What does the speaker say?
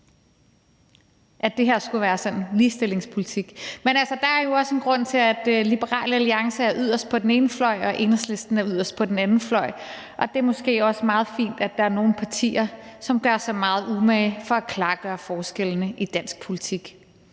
at det her skulle være ligestillingspolitik. Men altså, der er jo også en grund til, at Liberal Alliance er yderst på den ene fløj og Enhedslisten er yderst på den anden fløj, og det er måske også meget fint, at der er nogle partier, som gør sig meget umage for at klargøre forskellene i dansk politik.